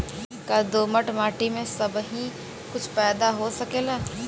का दोमट माटी में सबही कुछ पैदा हो सकेला?